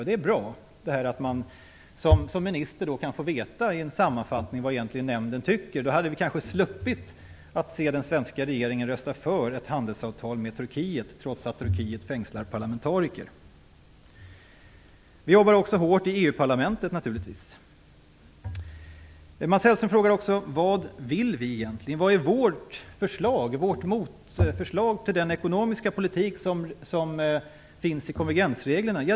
Det är bra att en minister kan få en sammanfattning och veta vad nämnden egentligen tycker. Om det hade varit så från början hade vi kanske sluppit att se den svenska regeringen rösta för ett handelsavtal med Turkiet, trots att Turkiet fängslar parlamentariker. Vi jobbar också hårt i EU-parlamentet. Mats Hellström frågar vad vi egentligen vill och vilket vårt motförslag är till den ekonomiska politik som konvergensreglerna innebär.